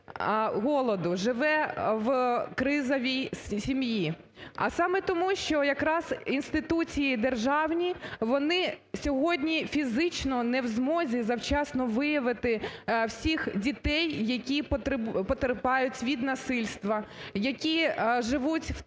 голоду, живе в кризовій сім'ї? А саме тому, що якраз інституції державні вони сьогодні фізично не в змозі завчасно виявити всіх дітей, які потерпають від насильства, які живуть в тих